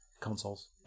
consoles